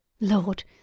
Lord